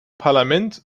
parlament